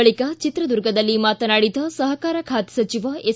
ಬಳಿಕ ಚಿತ್ರದುರ್ಗದಲ್ಲಿ ಮಾತನಾಡಿದ ಸಹಕಾರ ಖಾತೆ ಸಚಿವ ಎಸ್